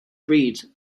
breed